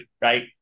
right